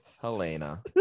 helena